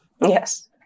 Yes